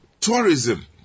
Tourism